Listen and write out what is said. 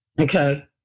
Okay